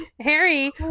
Harry